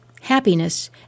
happiness